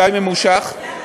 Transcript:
די ממושך.